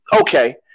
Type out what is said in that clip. okay